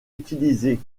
utilisée